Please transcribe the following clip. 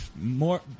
more